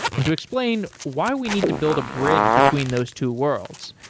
and to explain why we need to build a bridge between those two worlds.